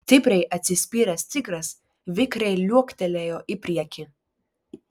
stipriai atsispyręs tigras vikriai liuoktelėjo į priekį